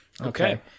Okay